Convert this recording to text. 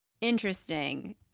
interesting